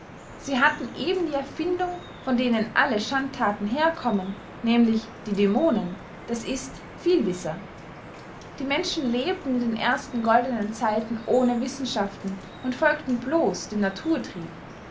sie hatten eben die erfindung von denen alle schandthaten herkommen nämlich die dämonen das ist vielwisser die menschen lebten in den ersten goldenen zeiten ohne wissenschaften und folgten blos dem naturtrieb